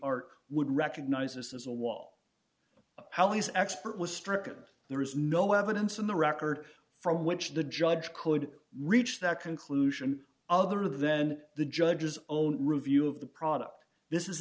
art would recognise us as a wall how his expert was struck and there is no evidence in the record from which the judge could reach that conclusion other then the judge's own review of the product this is